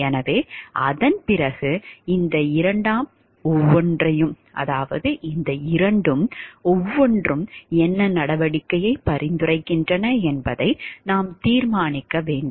எனவே அதன் பிறகு இந்த 2ம் ஒவ்வொன்றும் என்ன நடவடிக்கையை பரிந்துரைக்கின்றன என்பதை நாம் தீர்மானிக்க வேண்டும்